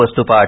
वस्तुपाठ